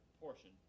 portion